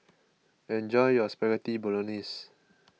enjoy your Spaghetti Bolognese